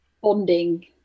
bonding